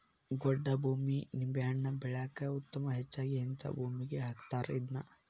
ಗೊಡ್ಡ ಭೂಮಿ ನಿಂಬೆಹಣ್ಣ ಬೆಳ್ಯಾಕ ಉತ್ತಮ ಹೆಚ್ಚಾಗಿ ಹಿಂತಾ ಭೂಮಿಗೆ ಹಾಕತಾರ ಇದ್ನಾ